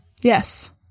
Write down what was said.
Yes